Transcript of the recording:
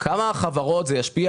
על כמה חברות בארץ זה ישפיע?